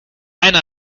einen